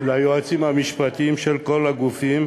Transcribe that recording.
ליועצים המשפטיים של כל הגופים,